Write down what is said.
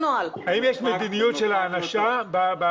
מאיפה אתם יודעים בדיוק מה התכניות שלהם והכל.